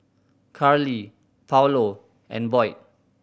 Carly Paulo and Boyd